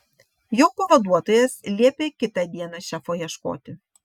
jo pavaduotojas liepė kitą dieną šefo ieškoti